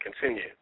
continue